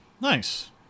Nice